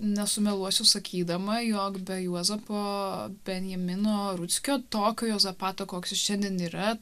nesumeluosiu sakydama jog be juozapo benjamino rutskio tokio juozapato koks jis šiandien yra